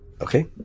Okay